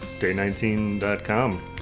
Day19.com